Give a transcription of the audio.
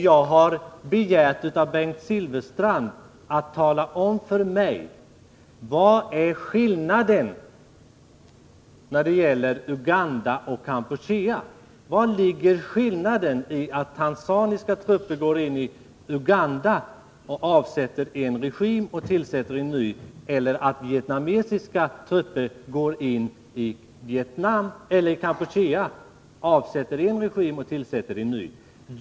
Jag har av Bengt Silfverstrand begärt att han skall tala om för mig vad som är skillnaden mellan vad som har skett i Uganda och i Kampuchea. Vari ligger skillnaden mellan att tanzaniska trupper går in i Uganda, avsätter en regim och tillsätter en ny och att vietnamesiska trupper går in i Kampuchea, avsätter en regim och tillsätter en ny?